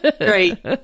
Great